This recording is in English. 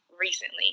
recently